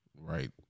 Right